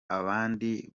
abandi